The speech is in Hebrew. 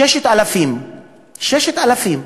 6,000 שקלים.